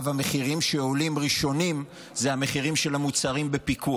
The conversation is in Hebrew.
המחירים שעולים ראשונים הם המחירים של המוצרים בפיקוח.